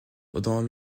pendant